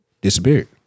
disappeared